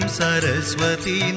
saraswati